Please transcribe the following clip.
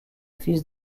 fils